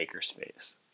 makerspace